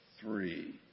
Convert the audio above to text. three